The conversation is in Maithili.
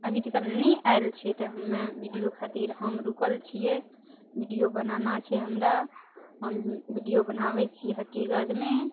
अभी तक लए नहि आयल छै तऽ हम्मे बीडियो खातिर हम रुकल छियै बीडियो बनाना छै हमरा हम बीडियो बनाबै छियै हकीगजमे